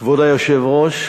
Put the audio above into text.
כבוד היושב-ראש,